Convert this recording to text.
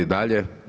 Dalje.